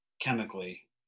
chemically